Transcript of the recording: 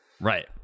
Right